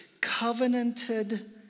Covenanted